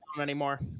anymore